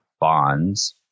bonds